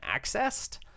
accessed